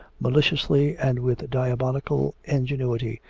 maliciously, and with diabolical ingenuity,